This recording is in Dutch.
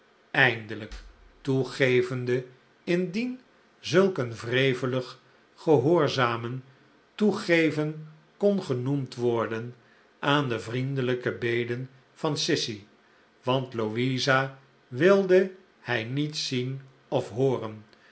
eindelijk toegevende indien zulk een wrevelig gehoorzamen toegeven kon genoemd worden aan de vriendelijke beden van sissy want louisa wilde hij niet zien of hooren